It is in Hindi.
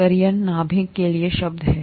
करियन नाभिक के लिए शब्द है